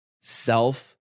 self